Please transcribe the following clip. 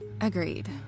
Agreed